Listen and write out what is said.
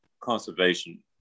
conservation